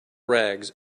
rags